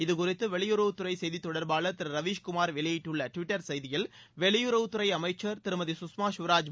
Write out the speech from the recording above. இது குறித்து வெளியுறவுத்துறை செய்தி தொடர்பாளர் திரு ரவீஸ் குமார் வெளியிட்டுள்ள டுவிட்டர் செய்தியில் வெளியுறவுத்துறை அமைச்சர் திருமதி குஷ்மா குவராஜ்